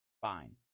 fine